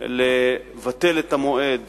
לבטל את המועד